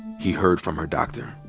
he heard from her doctor.